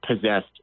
possessed